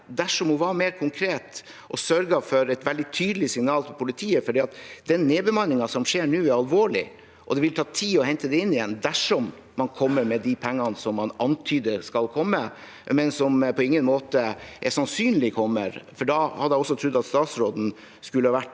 dersom hun var mer konkret og sørget for et veldig tydelig signal til politiet, for den nedbemanningen som skjer nå, er alvorlig. Det vil også ta tid å hente det inn igjen dersom man kommer med de pengene som man antyder skal komme, men som det på ingen måte er sannsynlig kommer, for da hadde jeg trodd at statsråden skulle ha vært